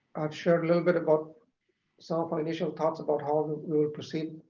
shared a little bit about some initial thoughts about how we will proceed